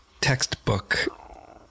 textbook